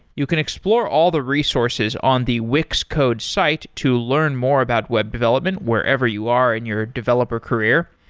you can explore all the resources on the wix code's site to learn more about web development wherever you are in your developer career.